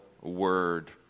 word